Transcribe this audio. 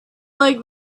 like